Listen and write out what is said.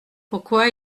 pourquoi